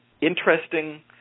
interesting